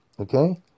Okay